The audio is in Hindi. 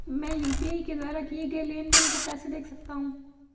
मैं यू.पी.आई के द्वारा किए गए लेनदेन को कैसे देख सकता हूं?